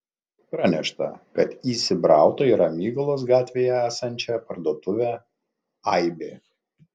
pranešta kad įsibrauta į ramygalos gatvėje esančią parduotuvę aibė